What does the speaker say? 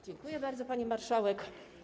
Dziękuję bardzo, pani marszałek.